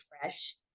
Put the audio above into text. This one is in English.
fresh